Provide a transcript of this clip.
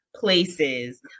Places